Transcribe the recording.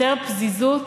יותר פזיזות